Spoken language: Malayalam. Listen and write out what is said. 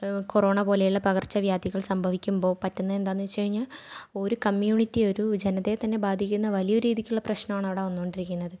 കൊറോണ പോലെയുള്ള പകർച്ചവ്യാധികൾ സംഭവിക്കുമ്പോൾ പറ്റുന്നതെന്താാനെന്നു വെച്ചു കഴിഞ്ഞാൽ ഒരു കമ്മ്യൂണിറ്റിയെ ഒരു ജനതയെ തന്നെ ബാധിക്കുന്ന വലിയരീതിക്കുള്ള പ്രശ്നമാണ് അവിടെ വന്നുകൊണ്ടിരിക്കുന്നത്